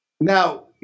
Now